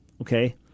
okay